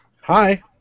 Hi